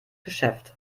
geschäft